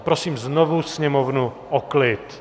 A prosím znovu sněmovnu o klid!